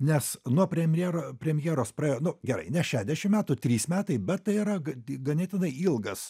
nes nuo premjero premjeros praėjo nu gerai ne šešiasdešim metų trys metai bet tai yra ganėtinai ilgas